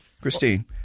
Christine